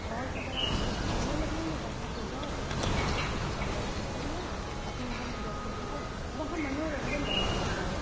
बहुत सा बड़ा पुस्तकालय है लखनऊ में वहाँ पे जाओ उस पुस्तकालय से पुस्तक ले आओ अपने घर में बैठ के पढ़ो वहाँ मनोरंजन बहुत होता है